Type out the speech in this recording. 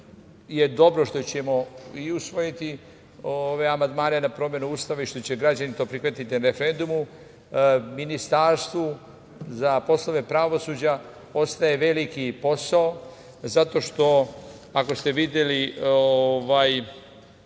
da je dobro što ćemo i usvojiti ove amandmane na promenu Ustava i što će građani to prihvatiti na referendumu. Ministarstvu za poslove pravosuđa ostaje veliki posao zato što, ako ste videli